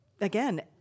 again